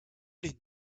really